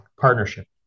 Partnership